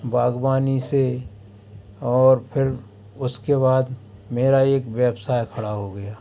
बाग़बानी से और फिर उसके बाद मेरा एक व्यवसाय खड़ा हो गया